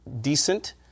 decent